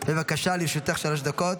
בבקשה, לרשותך שלוש דקות.